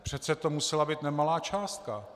Přece to musela být nemalá částka.